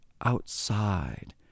outside